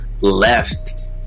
left